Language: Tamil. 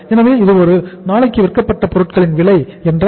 எனவே இது ஒரு நாளுக்கு விற்கப்பட்ட பொருட்களின் விலை 40000